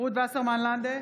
רות וסרמן לנדה,